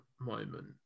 moment